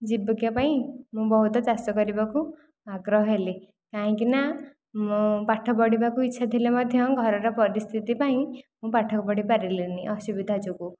ଜୀବିକା ପାଇଁ ମୁଁ ବହୁତ ଚାଷ କରିବାକୁ ଆଗ୍ରହ ହେଲି କାହିଁକି ନା ମୋ ପାଠ ପଢ଼ିବାକୁ ଇଚ୍ଛା ଥିଲେ ମଧ୍ୟ ଘରର ପରିସ୍ଥିତି ପାଇଁ ମୁଁ ପାଠ ପଢ଼ି ପାରିଲିନି ଅସୁବିଧା ଯୋଗୁଁ